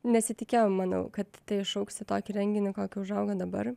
nesitikėjom manau kad tai išaugs į tokį renginį kokį užaugo dabar